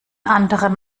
anderen